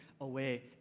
away